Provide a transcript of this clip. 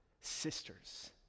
sisters